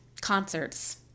concerts